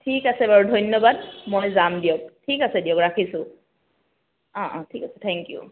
ঠিক আছে বাৰু ধন্যবাদ মই যাম দিয়ক ঠিক আছে দিয়ক ৰাখিছোঁ অঁ অঁ ঠিক আছে থেংক ইউ